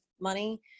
money